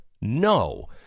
No